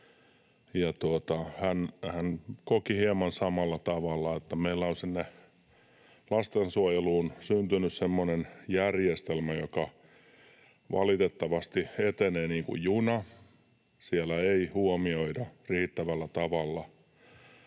hän koki hieman samalla tavalla, että meillä on sinne lastensuojeluun syntynyt semmoinen järjestelmä, joka valitettavasti etenee niin kuin juna, siellä ei huomioida riittävällä tavalla